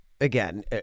again